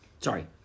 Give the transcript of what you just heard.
Sorry